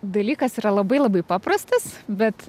dalykas yra labai labai paprastas bet